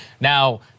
Now